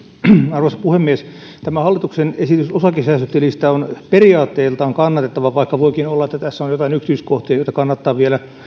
arvoisa puhemies tämä hallituksen esitys osakesäästötilistä on periaatteiltaan kannatettava vaikka voikin olla että tässä on jotain yksityiskohtia joita kannattaa vielä